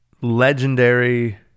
legendary